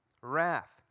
wrath